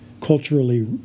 culturally